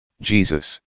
Jesus